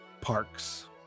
parks